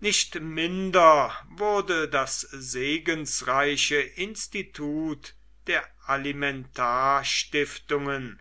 nicht minder wurde das segensreiche institut der alimentarstiftungen